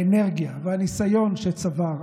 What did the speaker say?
האנרגיה והניסיון שצבר.